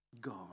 God